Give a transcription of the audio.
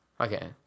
Okay